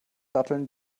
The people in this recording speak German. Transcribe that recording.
datteln